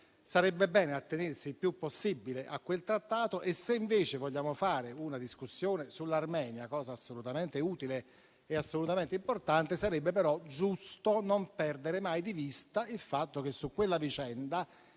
sarebbe bene attenersi il più possibile ad esso; se invece vogliamo fare una discussione sull'Armenia, cosa assolutamente utile e importante, sarebbe giusto non perdere mai di vista il fatto che su quella vicenda